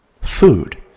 food